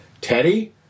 Teddy